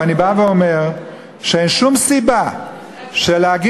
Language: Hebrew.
ואני בא ואומר שאין שום סיבה להגיד,